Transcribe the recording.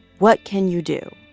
what can you do?